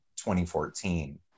2014